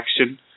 action